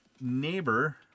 neighbor